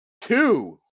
two